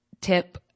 tip